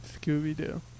Scooby-Doo